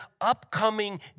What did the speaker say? upcoming